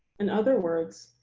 in other words,